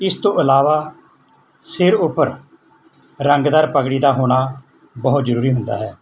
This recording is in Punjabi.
ਇਸ ਤੋਂ ਇਲਾਵਾ ਸਿਰ ਉੱਪਰ ਰੰਗਦਾਰ ਪਗੜੀ ਦਾ ਹੋਣਾ ਬਹੁਤ ਜਰੂਰੀ ਹੁੰਦਾ ਹੈ